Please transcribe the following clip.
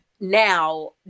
now